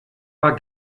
war